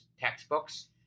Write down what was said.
textbooks